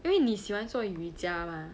因为你喜欢做瑜伽 mah